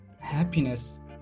happiness